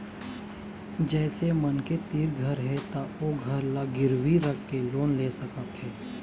जइसे मनखे तीर घर हे त ओ घर ल गिरवी राखके लोन ले सकत हे